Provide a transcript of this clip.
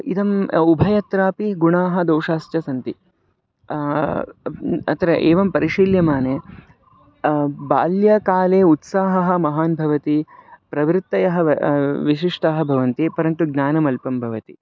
इदम् उभयत्रापि गुणाः दोषाश्च सन्ति अत्र एवं परिशील्यमाने बाल्यकाले उत्साहः महान् भवति प्रवृत्तयः विशिष्टाः भवन्ति परन्तु ज्ञानम् अल्पम् भवति